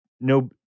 no